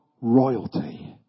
royalty